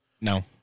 No